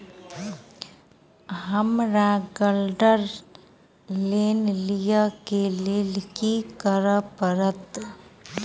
हमरा gold loan लिय केँ लेल की करऽ पड़त?